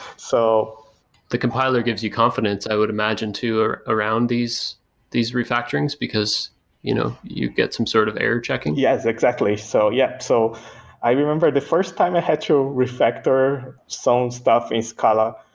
so the compiler gives you confidence i would imagine too ah around these these refactoring's because you know you get some sort of error checking? yes, exactly. so yeah so i remember the first time i to refactor some stuff in scala,